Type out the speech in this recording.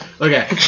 Okay